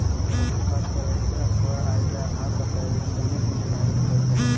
credit card credit score, आय के आधार पर क्रेडिट लिमिट निर्धारित कयल जा हइ